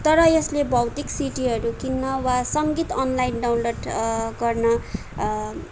तर यसले भौतिक सिडीहरू किन्न वा सङ्गीत अनलाइन डाउनलोड गर्न